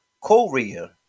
Korea